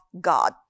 God